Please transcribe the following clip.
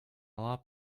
lot